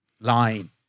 line